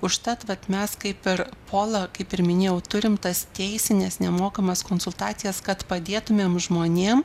užtat vat mes kaip ir pola kaip ir minėjau turim tas teisines nemokamas konsultacijas kad padėtumėm žmonėm